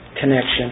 connection